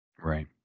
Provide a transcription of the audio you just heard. right